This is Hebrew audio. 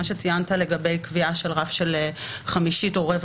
מה שציינת לגבי קביעת רף של חמישית או רבע